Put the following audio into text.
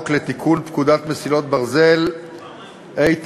לתיקון פקודת מסילות הברזל (מס' 8),